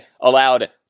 allowed